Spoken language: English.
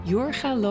Jorga